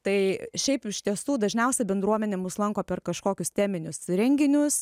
tai šiaip iš tiesų dažniausia bendruomenė mus lanko per kažkokius teminius renginius